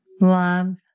Love